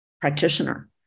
practitioner